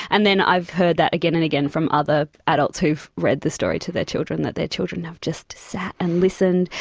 and then i've heard that again and again from other adults who have read the story to their children, that their children have just sat and listened,